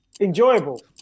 Enjoyable